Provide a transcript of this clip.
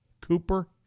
Cooper